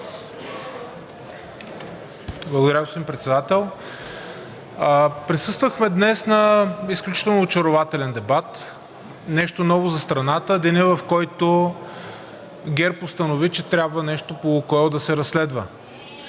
Благодаря, господин Председател. Присъствахме днес на изключително очарователен дебат, нещо ново за страната – денят, в който ГЕРБ установи, че нещо по „Лукойл” да се разследва,